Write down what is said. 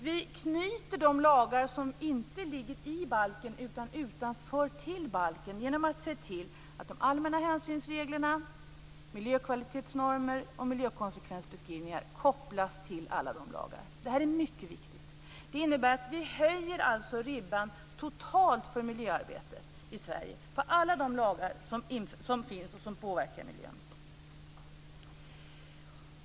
Vi knyter de lagar som ligger utanför balken till balken genom att se till att de allmänna hänsynsreglerna, miljökvalitetsnormerna och miljökonsekvensbeskrivningarna kopplas till alla dessa lagar. Detta är mycket viktigt. Det innebär att vi höjer ribban totalt för miljöarbetet i Sverige genom alla de lagar som påverkar miljön.